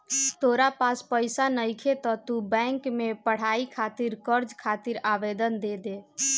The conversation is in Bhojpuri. तोरा पास पइसा नइखे त तू बैंक में पढ़ाई खातिर कर्ज खातिर आवेदन दे दे